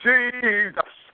Jesus